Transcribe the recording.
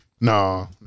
No